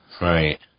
Right